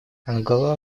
ангола